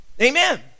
Amen